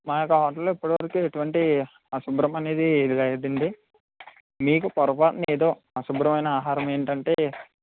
మా హోటల్లో ఇప్పటివరకు ఎటువంటి అశుభ్రమైనది లేదండి మీకు పొరపాటున ఏదో అశుభ్రమైన ఆహారం ఏంటంటే